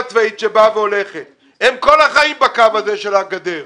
צבאית שבאה והולכת אלא הם כל החיים בקו הזה של הגדר,